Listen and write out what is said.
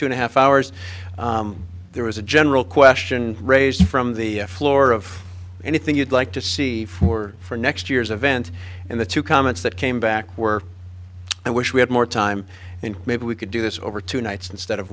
two and a half hours there was a general question raised from the floor of anything you'd like to see for for next year's event and the two comments that came back were i wish we had more time and maybe we could do this over two nights instead of